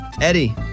Eddie